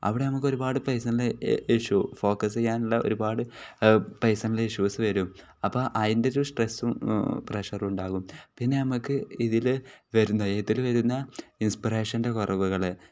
അവിടെ നമുക്ക് ഒരുപാട് പേസനാൽ ഇഷ്യൂ ഫോക്കസ് ചെയ്യാനുള്ള ഒരുപാട് പൈസണൽ ഇഷ്യൂസ് വരും അപ്പം അതിൻ്റെ ഒരു സ്ട്രെസ്സും പ്രഷറും ഉണ്ടാകും പിന്നെ നമുക്ക് ഇതിൽ വരുന്ന ഏതിൽ വരുന്ന ഇൻസ്പിറേഷൻ്റെ കുറവുകൾ